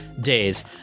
days